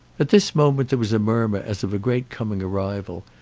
at this moment there was a murmur as of a great coming arrival,